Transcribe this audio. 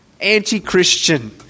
anti-Christian